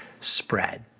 spread